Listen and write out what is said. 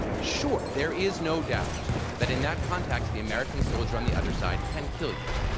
sure, there is no doubt that in that context, the american soldier on the other side can kill you,